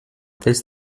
this